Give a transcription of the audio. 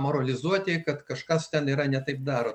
moralizuoti kad kažkas ten yra ne taip daro